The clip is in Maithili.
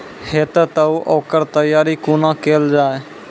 हेतै तअ ओकर तैयारी कुना केल जाय?